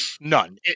none